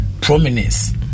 prominence